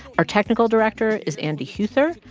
our technical director is andy heuther,